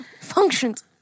functions